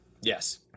Yes